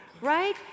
right